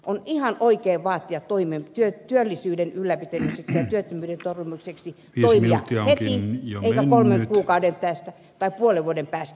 on ihan oikein vaatia työllisyyden ylläpitämiseksi ja työttömyyden torjumiseksi toimia heti eikä kolmen kuukauden päästä tai puolen vuoden päästä